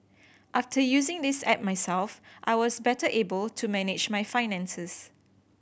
after using this app myself I was better able to manage my finances